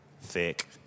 Thick